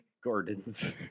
Gardens